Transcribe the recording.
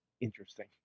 interesting